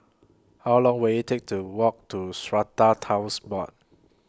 How Long Will IT Take to Walk to Strata Titles Board